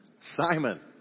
Simon